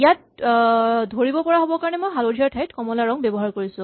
ইয়াত ধৰিব পৰা হ'বৰ কাৰণে মই হালধীয়াৰ ঠাইত কমলা ৰং ব্যৱহাৰ কৰিছো